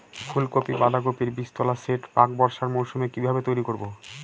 ফুলকপি বাধাকপির বীজতলার সেট প্রাক বর্ষার মৌসুমে কিভাবে তৈরি করব?